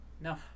No